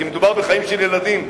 כי מדובר בחיים של ילדים,